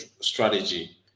strategy